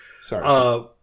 Sorry